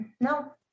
no